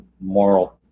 moral